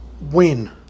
win